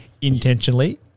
intentionally